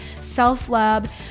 self-love